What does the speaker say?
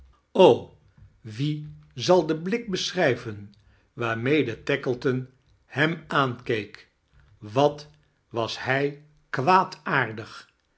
wie zal den blik beschrijven waarmede tackleton hem aankeek wat was hij kwaadaardigj